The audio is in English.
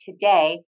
today